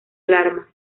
alarma